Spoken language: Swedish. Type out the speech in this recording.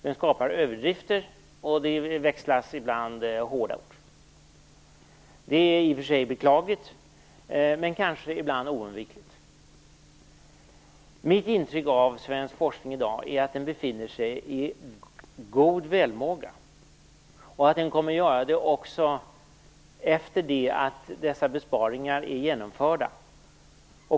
Den skapar överdrifter, och det växlas ibland hårda ord. Det är i och för sig beklagligt men kanske ibland oundvikligt. Mitt intryck av svensk forskning i dag är att den befinner sig i god välmåga och kommer att göra det även efter det att dessa besparingar är genomförda.